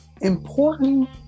Important